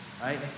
right